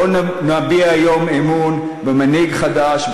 אז בואו נביע היום אמון במנהיג חדש,